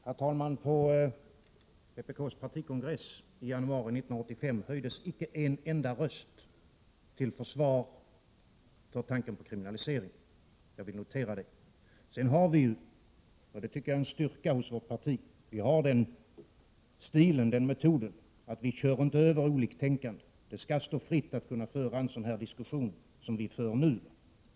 Herr talman! På vpk:s partikongress i januari 1985 höjdes icke en enda röst till försvar för tanken på kriminalisering. Jag vill notera det. Sedan tillämpar vi den metoden — och det är en styrka hos vårt parti — att vi inte kör över oliktänkande. Det skall stå oss fritt att föra en diskussion som den vi för nu.